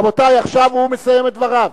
רבותי, עכשיו הוא מסיים את דבריו.